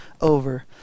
over